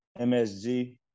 MSG